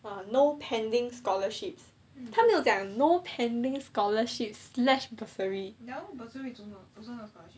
!wah! no pending scholarships 他没有讲 no pending scholarship slashed bursary